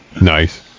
Nice